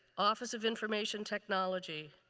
office of information technology.